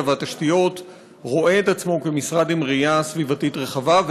והתשתיות רואה את עצמו כמשרד עם ראייה סביבתית רחבה,